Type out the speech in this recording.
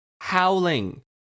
howling